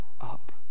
up